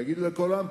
יגידו לכולם: